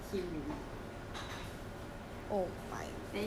no they already got problem already is the girl don't like him already